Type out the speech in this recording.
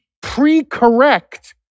pre-correct